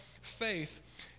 faith